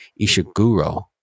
Ishiguro